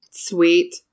Sweet